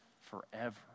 forever